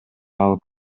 алып